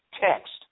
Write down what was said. text